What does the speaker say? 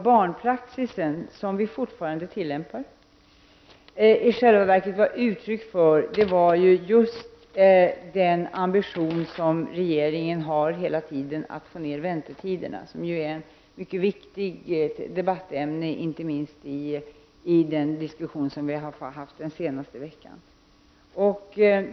Barnpraxisen, som vi fortfarande tillämpar, är i själva verket uttryck för just den ambition som regeringen hela tiden har haft, att få ner väntetiderna. Det har varit ett mycket viktigt debattämne, inte minst i den diskussion som förts den senaste veckan.